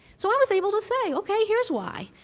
so, i was able to say, okay, here's why.